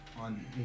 on